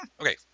Okay